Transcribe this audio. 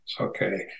okay